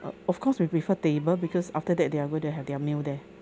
uh of course we prefer table because after that they are going to have their meal there